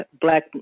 black